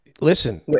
Listen